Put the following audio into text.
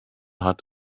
hat